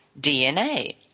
DNA